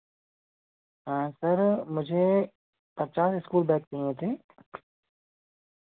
हाँ सर मुझे पचास इस्कूल बैग लेने थे